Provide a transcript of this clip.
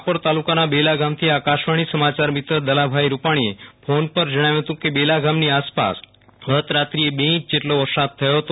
રાપર તાલુકાના બેલા ગામથી આકાશવાણી સમાચાર મિત્ર દલાભાઈ રૂપાણીએ ફોન પર જણાવ્યું હતું કે બેલા ગામની આસપાસ ગત રાત્રીએ બે ઇંચ જેટલો વરસાદ થયો હતો